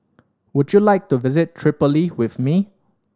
would you like to visit Tripoli with me